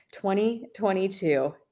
2022